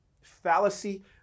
fallacy